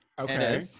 Okay